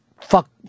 fuck